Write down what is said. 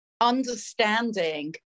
understanding